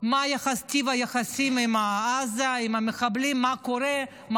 מה טיב היחסים עם עזה, עם המחבלים, מה קורה.